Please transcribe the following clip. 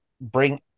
bring